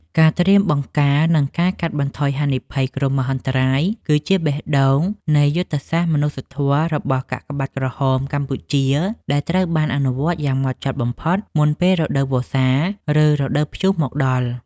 ការត្រៀមបង្ការ និងការកាត់បន្ថយហានិភ័យគ្រោះមហន្តរាយ គឺជាបេះដូងនៃយុទ្ធសាស្ត្រមនុស្សធម៌របស់កាកបាទក្រហមកម្ពុជា ដែលត្រូវបានអនុវត្តយ៉ាងហ្មត់ចត់បំផុតមុនពេលរដូវវស្សា ឬរដូវព្យុះមកដល់។